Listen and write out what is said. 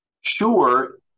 sure